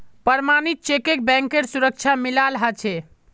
प्रमणित चेकक बैंकेर सुरक्षा मिलाल ह छे